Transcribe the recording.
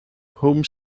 home